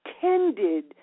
tended